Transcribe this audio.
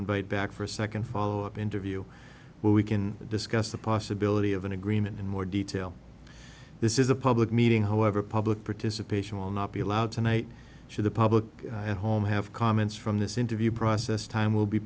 invite back for a second follow up interview where we can discuss the possibility of an agreement in more detail this is a public meeting however public participation will not be allowed tonight should the public at home have comments from this interview process time will be